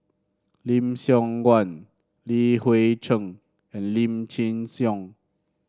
Lim Siong Guan Li Hui Cheng and Lim Chin Siong